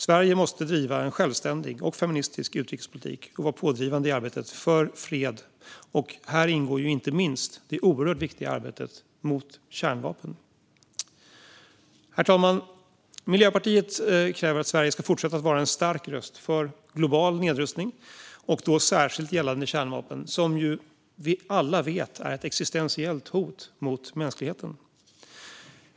Sverige måste driva en självständig och feministisk utrikespolitik och vara pådrivande i arbetet för fred. Här ingår inte minst det oerhört viktiga arbetet mot kärnvapen. Herr talman! Miljöpartiet kräver att Sverige ska fortsätta vara en stark röst för global nedrustning, särskilt gällande kärnvapen som vi ju alla vet är ett existentiellt hot mot mänskligheten.